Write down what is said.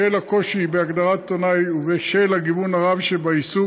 בשל הקושי בהגדרת עיתונאי ובשל הגיוון הרב שבעיסוק,